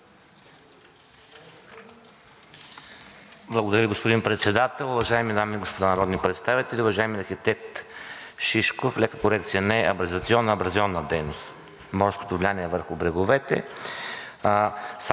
Благодаря Ви, господин Председател. Уважаеми дами и господа народни представители, уважаеми архитект Шишков! Лека корекция, не е абразационна, а абразионна дейност – морското влияние върху бреговете. Сам